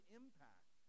impact